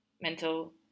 mental